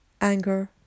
anger